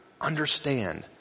understand